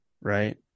Right